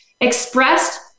expressed